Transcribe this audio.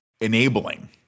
enabling